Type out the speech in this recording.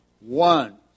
One